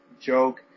joke